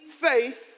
faith